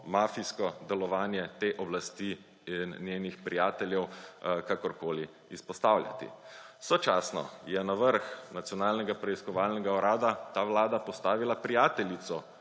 mafijsko delovanje te oblasti in njenih prijateljev kakorkoli izpostavljati. Sočasno je na vrh Nacionalnega preiskovalnega urada ta vlada postavila prijateljico